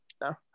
No